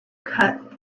cut